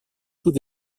sous